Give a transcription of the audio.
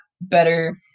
better